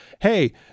hey